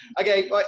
okay